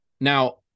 Now